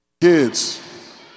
Kids